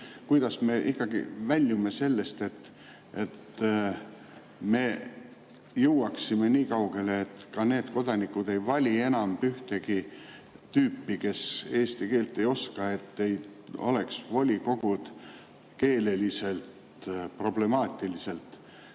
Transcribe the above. Kuidas me ikkagi väljume sellest, et me jõuaksime nii kaugele, et ka need kodanikud ei vali enam ühtegi tüüpi, kes eesti keelt ei oska, et ei oleks volikogud keeleliselt problemaatilised?